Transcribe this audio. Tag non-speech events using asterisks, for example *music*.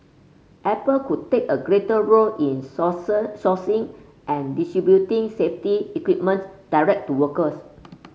Apple could take a greater role in *unintelligible* sourcing and distributing safety equipment direct to workers